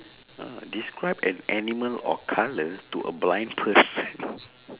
ah describe an animal or colour to a blind person